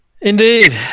Indeed